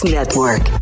Network